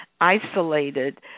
isolated